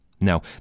Now